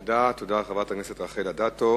תודה, חברת הכנסת רחל אדטו.